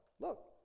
look